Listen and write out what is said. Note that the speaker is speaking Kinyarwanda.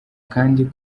kandi